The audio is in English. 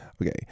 Okay